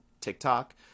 TikTok